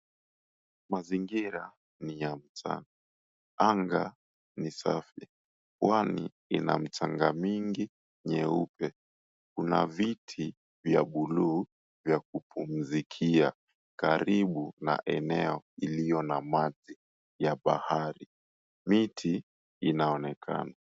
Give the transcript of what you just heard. Mazingira ni ya mchana. Anga ni safi. Pwani ina mchanga mingi nyeupe. Kuna viti vya buluu, vya kupumziki ya karibu na eneo ilio na maji ya bahari. Miti inaonekana.